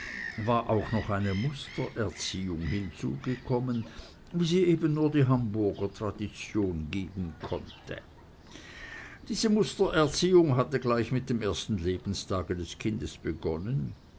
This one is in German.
war auch noch eine mustererziehung hinzugekommen wie sie eben nur die hamburger tradition geben konnte diese mustererziehung hatte gleich mit dem ersten lebenstage des kindes begonnen